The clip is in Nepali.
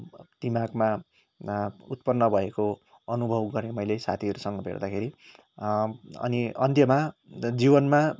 दिमागमा उत्पन्न भएको अनुभव गरेँ मैले साथीहरूसँग भेट्दाखेरि अनि अन्त्यमा जीवनमा